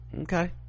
Okay